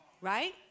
right